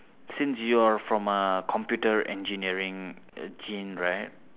since you are from a computer engineering gene right